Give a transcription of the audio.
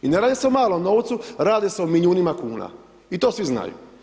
I ne radi se o malom novcu, radi se o milijunima kuna i to svi znaju.